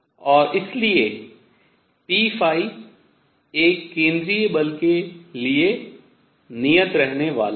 और इसलिए p एक केंद्रीय बल के लिए नियत रहने वाला है